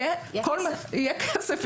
יהיה כסף,